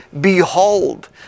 Behold